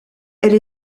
elle